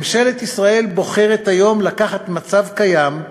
ממשלת ישראל בוחרת היום לקחת מצב קיים,